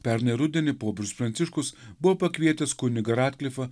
pernai rudenį popiežius pranciškus buvo pakvietęs kunigą radklifą